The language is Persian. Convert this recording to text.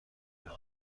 گردم